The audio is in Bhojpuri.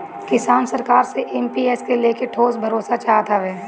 किसान सरकार से एम.पी.एस के लेके ठोस भरोसा चाहत हवे